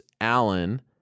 Allen